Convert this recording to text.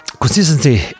Consistency